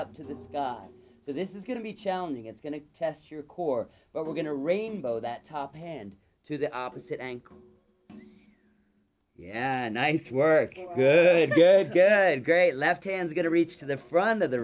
up to the scar so this is going to be challenging it's going to test your core but we're going to rainbow that top hand to the opposite ankle yeah nice work good good good great left hand going to reach to the front of the